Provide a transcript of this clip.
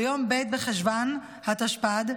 ביום ב' בחשוון התשפ"ד,